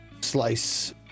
Slice